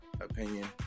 opinion